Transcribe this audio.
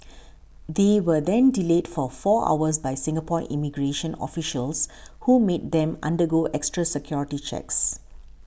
they were then delayed for four hours by Singapore immigration officials who made them undergo extra security checks